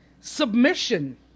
submission